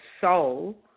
soul